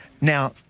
Now